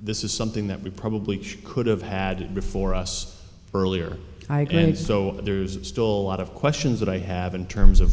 this is something that we probably could have had before us earlier and so there's still a lot of questions that i have in terms of